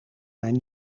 mijn